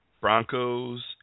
Broncos